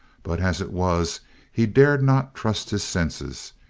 but as it was he dared not trust his senses.